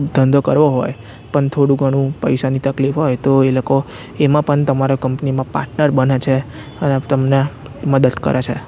ધંધો કરવો હોય પણ થોડું ઘણું પૈસાની તકલીફ હોય તો એ લોકો એમાં પણ તમારો કંપનીમાં પાર્ટનર બને છે અને તમને મદદ કરે છે